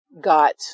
got